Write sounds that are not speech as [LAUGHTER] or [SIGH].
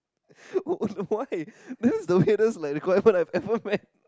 [LAUGHS] why this is the weirdest like requirement I've ever met